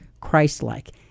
Christlike